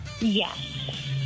Yes